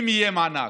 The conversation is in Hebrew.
אם יהיה מענק.